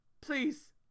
please